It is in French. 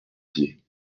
dié